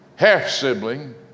half-sibling